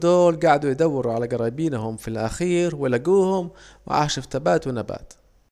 الطيور دول جعدوا يدوروا على جرايبيهم وفي الاخير لجوهم وعاشوا في تبات ونبات